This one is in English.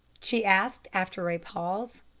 she asked after a pause.